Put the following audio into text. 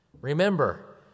Remember